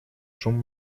шум